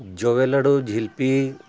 ᱡᱚᱵᱮ ᱞᱟᱹᱰᱩ ᱡᱷᱤᱞᱟᱹᱯᱤ